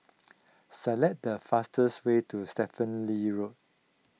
select the fastest way to Stephen Lee Road